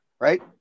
right